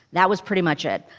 that was pretty much it.